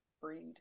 breed